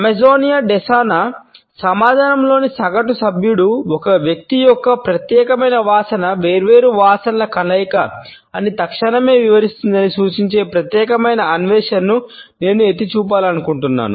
Amazonian దేశానా సమాజంలోని సగటు సభ్యుడు ఒక వ్యక్తి యొక్క ప్రత్యేకమైన వాసన వేర్వేరు వాసనల కలయిక అని తక్షణమే వివరిస్తుందని సూచించే ప్రత్యేకమైన అన్వేషణను నేను ఎత్తి చూపించాలనుకుంటున్నాను